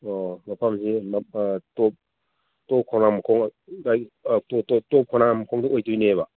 ꯑꯣ ꯃꯐꯝꯁꯤ ꯇꯣꯞ ꯈꯣꯡꯅꯥꯡꯃꯈꯣꯡ ꯇꯣꯞ ꯈꯣꯡꯅꯥꯡꯃꯈꯣꯡꯗꯣ ꯑꯣꯏꯗꯣꯏꯅꯦꯕ